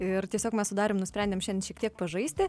ir tiesiog mes su darium nusprendėm šiandien šiek tiek pažaisti